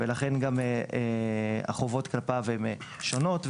ולכן גם החובות כלפיו הן שונות.